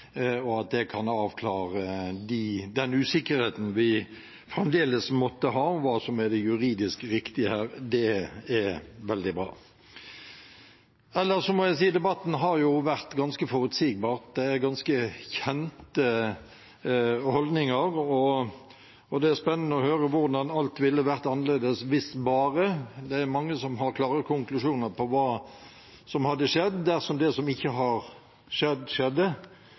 og at det kan avklare den usikkerheten vi fremdeles måtte ha om hva som er det juridisk riktige her. Det er veldig bra. Ellers må jeg si at debatten har vært ganske forutsigbar. Det er ganske kjente holdninger, og det er spennende å høre hvordan alt ville vært annerledes hvis bare. Det er mange som har klare konklusjoner på hva som hadde skjedd dersom det som ikke har skjedd, skjedde.